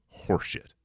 horseshit